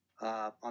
on